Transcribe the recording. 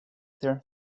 there